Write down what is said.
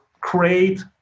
create